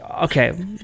Okay